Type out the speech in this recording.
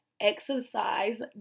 exercise